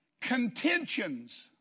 Contentions